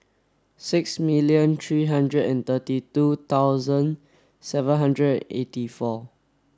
sixty million three hundred and thirty two thousand seven hundred eighty four